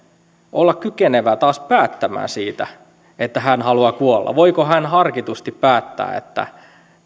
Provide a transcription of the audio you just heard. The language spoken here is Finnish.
olla kykenevä taas päättämään siitä että hän haluaa kuolla voiko hän harkitusti päättää että